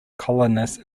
colonists